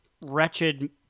wretched